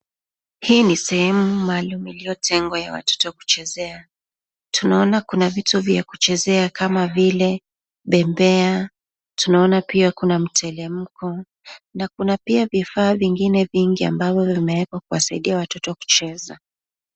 Hii ni sehemu maalum iliyotengwa ya watoto kuchezea .Tunaona kuna vitu vya kuchezea kama vile bembea tunaona pia kuna mteremko na kuna pia vifaa vingine vingi ambavyo vimewekwa kusaidia watoto kucheza.